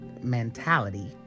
mentality